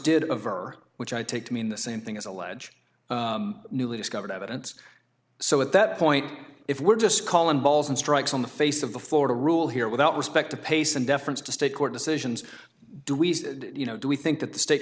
did of her which i take to mean the same thing as allege newly discovered evidence so at that point if we're just calling balls and strikes on the face of the florida rule here without respect to pace and deference to state court decisions do we say you know do we think that the state